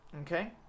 okay